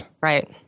Right